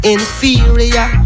Inferior